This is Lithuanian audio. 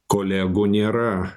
kolegų nėra